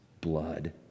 blood